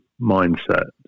mindset